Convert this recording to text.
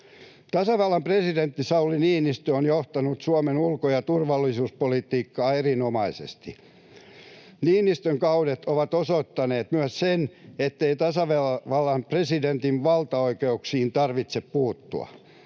Tasavallan presidentti Sauli Niinistö on johtanut Suomen ulko- ja turvallisuuspolitiikkaa erinomaisesti. Niinistön kaudet ovat osoittaneet myös sen, ettei tasavallan presidentin valtaoikeuksiin tarvitse puuttua